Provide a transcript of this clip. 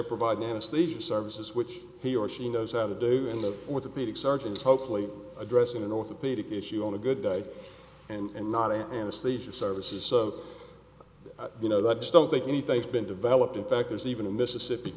they provide anesthesia services which he or she knows how to do in the orthopedic surgeon is hopefully addressing an orthopedic issue on a good day and not in anesthesia services so you know i just don't think anything's been developed in fact there's even a mississippi